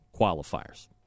qualifiers